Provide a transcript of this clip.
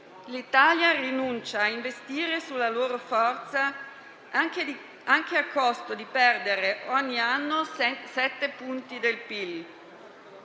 L'Italia rinuncia ad investire sulla loro forza, anche a costo di perdere ogni anno sette punti di PIL.